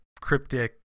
cryptic